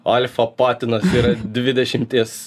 alfa patinas yra dvidešimties